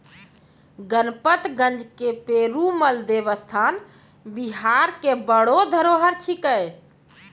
गणपतगंज के पेरूमल देवस्थान बिहार के बड़ो धरोहर छिकै